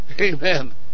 Amen